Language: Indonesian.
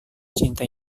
cinta